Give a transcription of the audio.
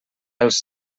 els